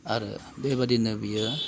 आरो बेबादिनो बियो